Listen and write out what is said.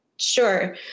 Sure